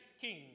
king